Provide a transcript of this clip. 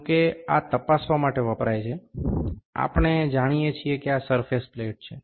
જો કે આ તપાસવા માટે વપરાય છે આપણે જાણીએ છીએ કે આ સરફેસ પ્લેટ છે